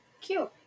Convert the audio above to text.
Cute